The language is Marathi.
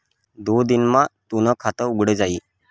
दोन दिन मा तूनं खातं उघडी जाई